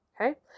Okay